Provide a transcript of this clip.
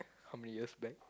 how many years back